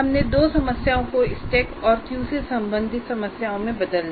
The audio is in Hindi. हमने दो समस्याओं को स्टैक और क्यू से संबंधित समस्याओं से बदल दिया